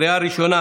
לקריאה ראשונה,